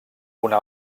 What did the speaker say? una